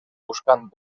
buscant